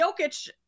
Jokic